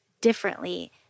differently